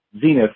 Zenith